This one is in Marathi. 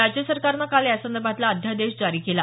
राज्य सरकारनं काल यासंदर्भातला अध्यादेश जारी केला